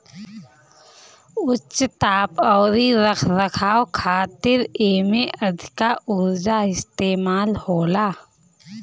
उच्च ताप अउरी रख रखाव खातिर एमे अधिका उर्जा इस्तेमाल होला